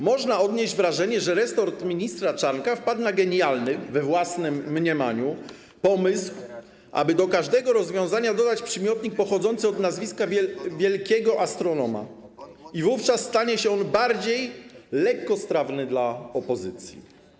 Można odnieść wrażenie, że resort ministra Czarnka wpadł na genialny, we własnym mniemaniu, pomysł, aby do każdego rozwiązania dodać przymiotnik pochodzący od nazwiska wielkiego astronoma i wówczas stanie się on bardziej lekkostrawny dla opozycji.